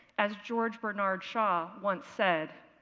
as george bernard shaw once said,